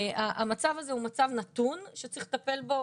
והמצב הזה הוא מצב נתון שצריך לטפל בו,